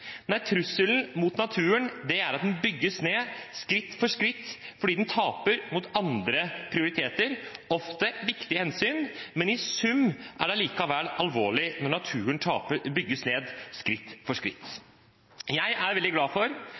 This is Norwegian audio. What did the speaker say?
nei, trusselen mot naturen er at den bygges ned, skritt for skritt, fordi den taper mot andre prioriteringer, ofte viktige hensyn, men i sum er det allikevel alvorlig når naturen bygges ned, skritt for skritt. Jeg er veldig glad for